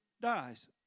dies